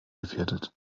gefährdet